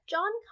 John